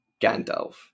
Gandalf